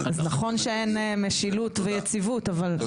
אז נכון שאין משילות ויציבות, אבל צריך פתרון.